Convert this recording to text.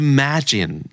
Imagine